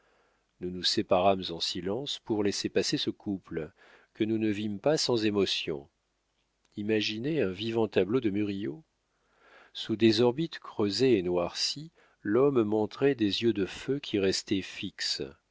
nous nous séparâmes en silence pour laisser passer ce couple que nous ne vîmes pas sans émotion imaginez un vivant tableau de murillo sous des orbites creusés et noircis l'homme montrait des yeux de feu qui restaient fixes